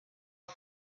are